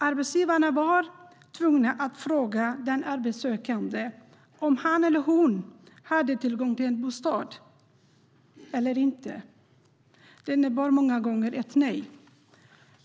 Arbetsgivarna var tvungna att fråga den arbetssökande om han eller hon hade tillgång till en bostad eller inte. Det innebar många gånger ett nej.